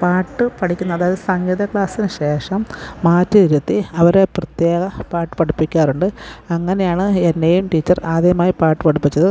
പാട്ട് പഠിക്കുന്ന അതായത് സംഗീത ക്ലാസ്സിനു ശേഷം മാറ്റിയിരുത്തി അവരെ പ്രത്യേകം പാട്ടു പഠിപ്പിക്കാറുണ്ട് അങ്ങനെയാണ് എന്നെയും ടീച്ചർ ആദ്യമായി പാട്ടു പഠിപ്പിച്ചത്